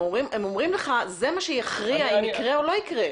הם אומרים לך: זה מה שיכריע אם יקרה או לא יקרה.